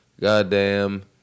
goddamn